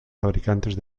fabricantes